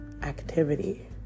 Activity